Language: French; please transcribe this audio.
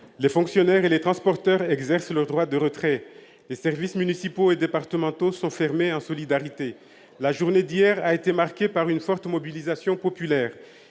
Les fonctionnaires et les transporteurs exercent leur droit de retrait. Les services municipaux et départementaux sont fermés, en solidarité. La journée d'hier a été marquée par une forte mobilisation populaire.